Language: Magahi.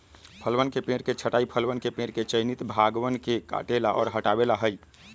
फलवन के पेड़ के छंटाई फलवन के पेड़ के चयनित भागवन के काटे ला और हटावे ला हई